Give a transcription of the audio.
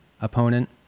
opponent